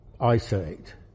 isolate